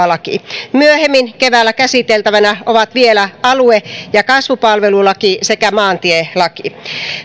laki myöhemmin keväällä käsiteltävänä ovat vielä alue ja kasvupalvelulaki sekä maantielaki